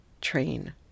train